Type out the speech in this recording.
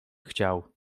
chciał